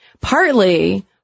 partly